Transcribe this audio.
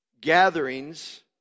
gatherings